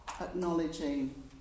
acknowledging